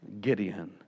Gideon